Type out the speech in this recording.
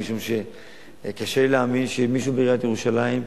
משום שקשה לי להאמין שמישהו בעיריית ירושלים,